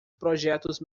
projetos